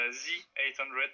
z800